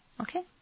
Okay